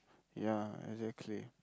ya exactly